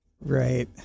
Right